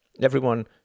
everyone